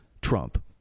Trump